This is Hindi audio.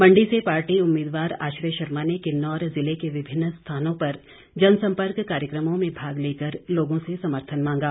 मंडी से पार्टी उम्मीदवार आश्रय शर्मा ने किन्नौर जिले के विभिन्न स्थानों पर जनसंपर्क कार्यक्रमों में भाग लेकर लोगों से समर्थन मांगा